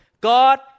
God